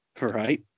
Right